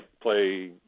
play